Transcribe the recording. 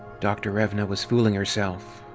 dr. revna was fooling herself.